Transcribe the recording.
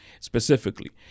specifically